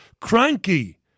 Cranky